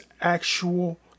actual